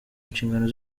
inshingano